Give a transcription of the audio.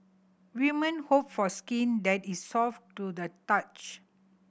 women hope for skin that is soft to the touch